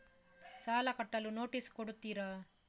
ಸಾಲ ಕಟ್ಟಲು ನೋಟಿಸ್ ಕೊಡುತ್ತೀರ?